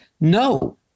No